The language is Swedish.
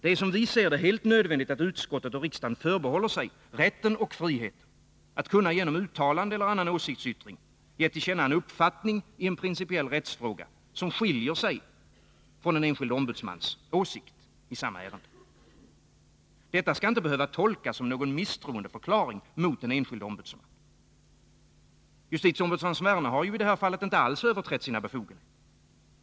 Det är som vi ser det helt nödvändigt att utskottet och riksdagen förbehåller sig rätten och friheten att genom uttalanden eller annan åsiktsyttring kunna ge till känna en uppfattning i en principiell rättsfråga, som skiljer sig från en enskild ombudsmans åsikt i samma ärende. Detta skall inte behöva tolkas som en misstroendeförklaring mot en enskild ombudsman. Justitieombudsman Sverne har i detta fall inte alls överträtt sina befogenheter.